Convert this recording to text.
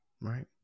right